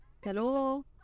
Hello